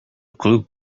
clue